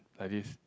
like this